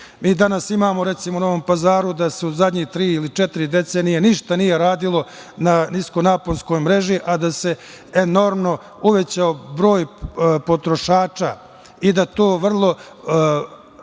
danas imamo u Novom Pazaru da se u zadnje tri ili četiri decenije ništa nije radilo na nisko naponskoj mreži, a da se enormno uvećao broj potrošača i da to vrlo